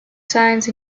science